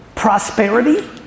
Prosperity